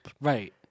Right